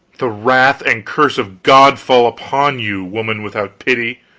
the wrath and curse of god fall upon you, woman without pity,